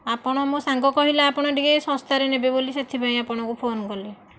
ଆପଣ ମୋ ସାଙ୍ଗ କହିଲା ଆପଣ ଟିକେ ଶସ୍ତାରେ ନେବେ ବୋଲି ସେଥିପାଇଁ ଆପଣଙ୍କୁ ଫୋନ କଲି